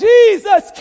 Jesus